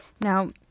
Now